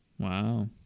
wow